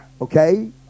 okay